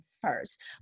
first